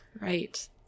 Right